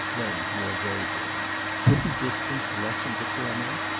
then more bravely wouldn't distance lessen the torment?